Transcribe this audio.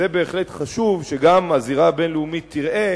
זה בהחלט חשוב שגם הזירה הבין-לאומית תראה